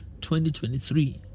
2023